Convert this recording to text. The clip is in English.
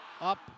up